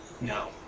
No